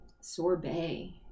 sorbet